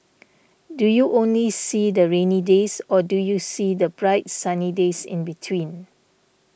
do you only see the rainy days or do you see the bright sunny days in between